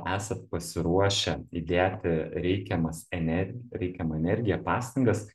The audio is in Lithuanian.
esat pasiruošę įdėti reikiamas ener reikiamą energiją pastangas